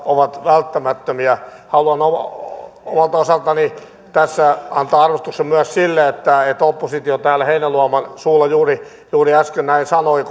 ovat välttämättömiä haluan omalta osaltani tässä antaa arvostuksen myös sille että oppositio täällä heinäluoman suulla juuri juuri äsken näin sanoi